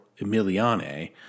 Emiliane